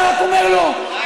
אתה רק אומר: לא,